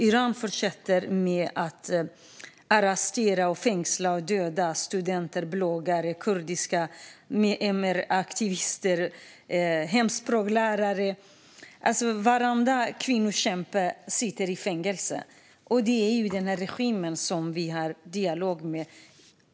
Iran fortsätter alltså att arrestera, fängsla och döda studenter, bloggare, kurdiska MR-aktivister och hemspråkslärare. Varenda kvinnokämpe sitter i fängelse. Det är denna regim vi har dialog med.